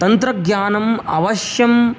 तन्त्रज्ञानं अवश्यं